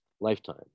lifetime